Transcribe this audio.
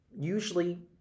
usually